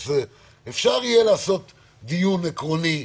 אפשר יהיה לעשות דיון עקרוני,